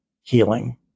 healing